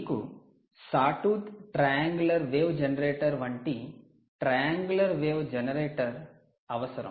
మీకు 'sawtooth triangular wave generator' 'sawtooth triangular wave generator' వంటి 'triangular wave generator' 'triangular wave generator' అవసరం